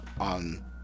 on